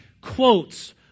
quotes